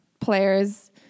Players